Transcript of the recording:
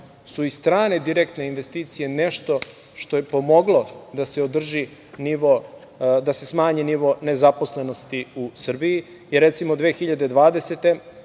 su i strane direktne investicije nešto što je pomoglo da se smanji nivo nezaposlenosti u Srbiji.